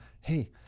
hey